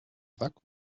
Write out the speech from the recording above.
sack